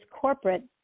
corporate